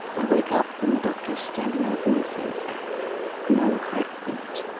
i wake up and the doctor standing over me says no heart beat.